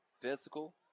physical